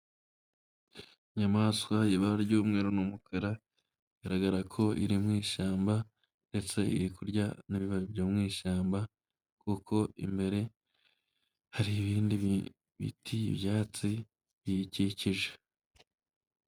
Inyamaswa y'ibara ry'umweru n'umukara, bigaragara ko iri mu ishyamba ndetse iri kurya n'ibibabi byo mu ishyamba kuko imbere hari ibindi biti, ibyatsi biyikikije.